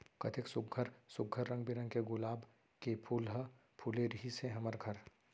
कतेक सुग्घर सुघ्घर रंग बिरंग के गुलाब के फूल ह फूले रिहिस हे हमर घर